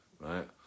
right